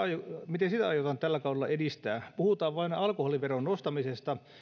miten sitä aiotaan tällä kaudella edistää puhutaan vain alkoholiveron nostamisesta